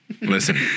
listen